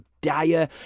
dire